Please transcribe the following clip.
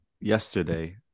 yesterday